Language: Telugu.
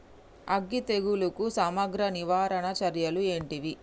అగ్గి తెగులుకు సమగ్ర నివారణ చర్యలు ఏంటివి?